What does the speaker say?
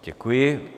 Děkuji.